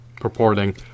purporting